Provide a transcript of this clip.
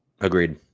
Agreed